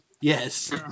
Yes